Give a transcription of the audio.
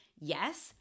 Yes